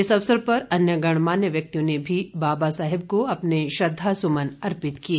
इस अवसर पर अन्य गणमान्य व्यक्तियों ने भी बाबा साहेब को अपने श्रद्धा सुमन अर्पित किए